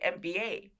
MBA